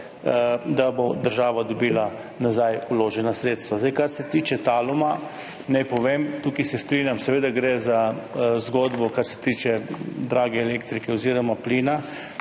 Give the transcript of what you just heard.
da bo država dobila nazaj vložena sredstva. Kar se tiče Taluma, naj povem, tukaj se strinjam, seveda gre za zgodbo, kar se tiče drage elektrike oziroma plina.